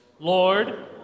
Lord